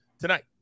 tonight